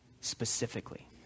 specifically